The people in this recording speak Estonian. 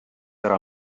ära